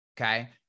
Okay